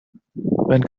wenn